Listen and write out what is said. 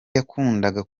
yakundaga